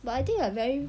but I think I very